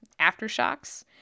aftershocks